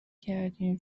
کردیم